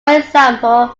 example